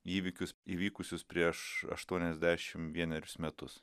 įvykius įvykusius prieš aštuoniasdešimt vienerius metus